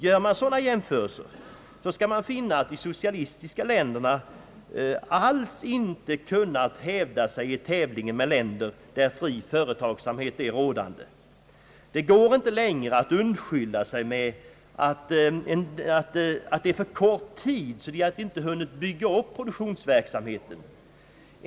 Gör man sådana jämförelser skall man finna att de socialistiska länderna alls inte kunnat hävda sig i tävlingen med länder där fri företagsamhet är rådande. Det går inte längre att undskylla sig med att tiden varit för kort att kunna bygga upp produktionsapparaten.